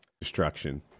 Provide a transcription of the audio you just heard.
destruction